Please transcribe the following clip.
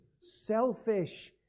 selfish